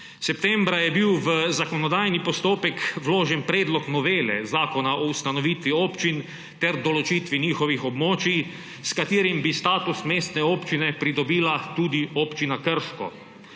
Septembra je bil v zakonodajni postopek vložen predlog novele Zakona o ustanovitvi občin ter določitvi njihovih območij, s katerim bi status mestne občine pridobila tudi občina Krško.